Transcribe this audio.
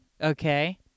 okay